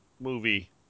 movie